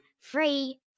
free